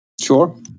sure